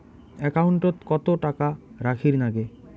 একাউন্টত কত টাকা রাখীর নাগে?